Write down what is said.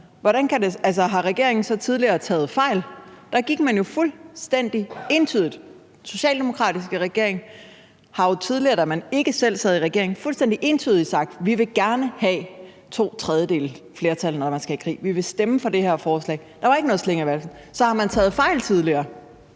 Har regeringen så tidligere taget fejl? Socialdemokratiet har jo tidligere, da man ikke selv sad i regering, fuldstændig entydigt sagt: Vi vil gerne have to tredjedeles flertal, når vi skal i krig; vi vil stemme for det her forslag. Der var ikke noget slinger i valsen. Så har man taget fejl tidligere?